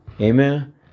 Amen